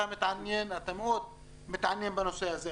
אתה מאוד מתעניין בנושא הזה,